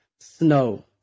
snow